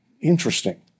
interesting